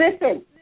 Listen